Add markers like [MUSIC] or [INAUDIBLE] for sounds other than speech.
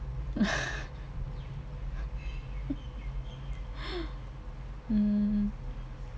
[LAUGHS] mm